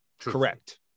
Correct